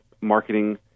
marketing